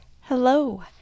Hello